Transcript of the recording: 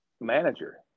manager